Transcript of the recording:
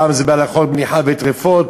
פעם זה בהלכות מליחה וטרפות,